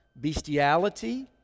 bestiality